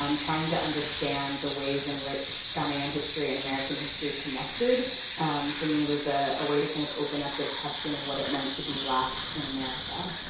um trying to understand the ways in which ghanaian history and american history connected for me a ah ah way to kind of open up this question of what it meant to be black in america.